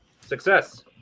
Success